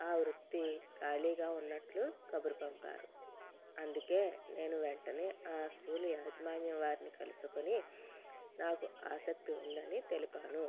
ఆ వృత్తి ఖాళీగా ఉన్నట్లు కబురు పంపారు అందుకే నేను వెంటనే ఆ స్కూల్ యాజమాన్యం వారిని కలుసుకొని నాకు ఆసక్తి ఉందని తెలిపాను